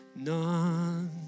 None